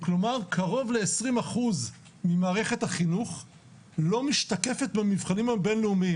כלומר קרוב ל-20% ממערכת החינוך לא משתקפת במבחנים הבינלאומיים,